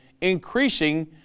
increasing